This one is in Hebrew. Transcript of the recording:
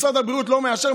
משרד הבריאות לא מאשר.